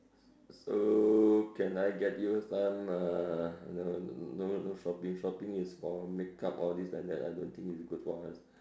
so can I get you some uh no no no shopping shopping is for makeup all this and that I don't think is good for us